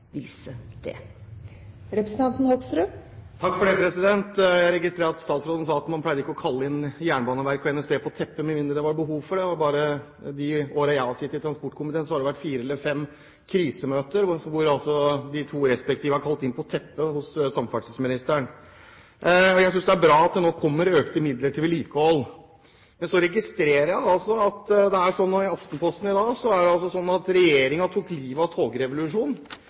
viser det. Jeg registrerer at statsråden sa at man ikke pleier å kalle inn Jernbaneverket og NSB på teppet med mindre det er behov for det, og bare de årene jeg har sittet i transportkomiteen, har det vært fire eller fem krisemøter, hvor altså de to respektive etater er kalt inn på teppet hos samferdselsministeren. Jeg synes det er bra at det nå kommer økte midler til vedlikehold. Men så registrerer jeg altså at ifølge dagens Aftenposten er det sånn at regjeringen «tok livet av togrevolusjon» i 2012, som også er en viktig del av vintervedlikeholdet. Jeg registrerer at